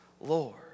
Lord